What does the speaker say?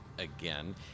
again